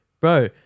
Bro